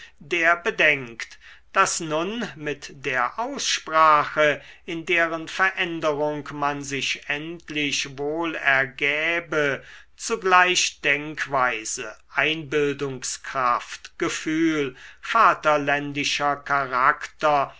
der bedenkt daß nun mit der aussprache in deren veränderung man sich endlich wohl ergäbe zugleich denkweise einbildungskraft gefühl vaterländischer charakter